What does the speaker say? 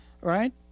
Right